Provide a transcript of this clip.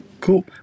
Cool